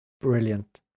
brilliant